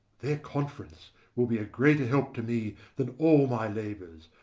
their conference will be a greater help to me than all my labours,